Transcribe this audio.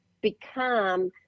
become